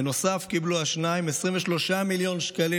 בנוסף קיבלו השניים 23 מיליון שקלים,